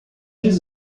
quero